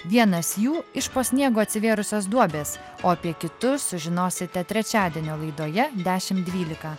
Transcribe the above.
vienas jų iš po sniego atsivėrusios duobės o apie kitus sužinosite trečiadienio laidoje dešimt dvylika